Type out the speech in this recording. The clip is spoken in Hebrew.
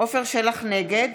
נגד